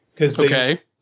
Okay